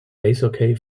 eishockey